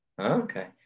Okay